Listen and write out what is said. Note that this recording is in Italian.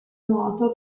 nuoto